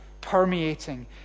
permeating